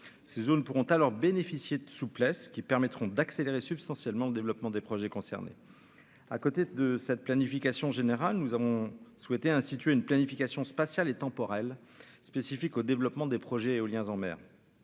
ces zones pourront alors bénéficier de souplesse qui permettront d'accélérer substantiellement le développement des projets concernés à côté de cette planification générale, nous avons souhaité instituer une planification spatiale et temporelle spécifique au développement des projets éoliens en mer,